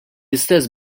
istess